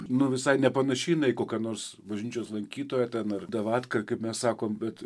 nu visai nepanaši jinai į kokią nors bažnyčios lankytoją ten ar davatką kaip mes sakom bet